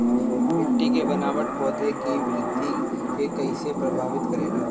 मिट्टी के बनावट पौधों की वृद्धि के कईसे प्रभावित करेला?